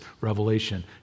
Revelation